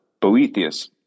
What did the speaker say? Boethius